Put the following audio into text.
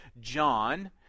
John